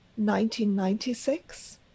1996